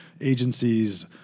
agencies